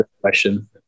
question